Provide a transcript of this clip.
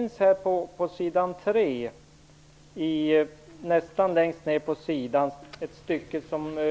Nästan längst ner på s. 3 i betänkandet står